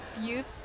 youth